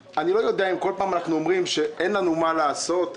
כל פעם אנחנו אומרים שאין לנו מה לעשות,